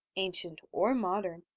ancient or modern,